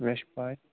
مےٚ چھِ پاے